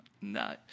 No